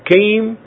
Came